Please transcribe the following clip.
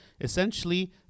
essentially